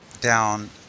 down